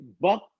Buck